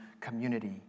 community